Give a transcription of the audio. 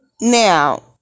Now